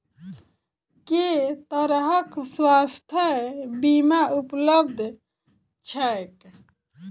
केँ तरहक स्वास्थ्य बीमा उपलब्ध छैक?